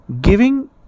Giving